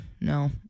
no